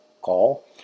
Call